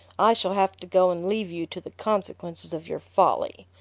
i shall have to go and leave you to the consequences of your folly.